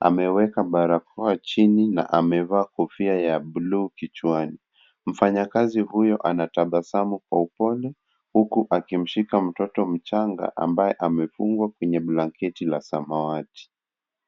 ameweka barakoa chini na amevaa kofia ya (cs)blue(cs)kichwani, mfanayakazi huyo anatabasamu kwa upole, huku akimshika mtoto mchanga, ambaye amefungwa kwenye blanketi la samawati.